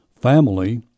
family